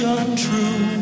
untrue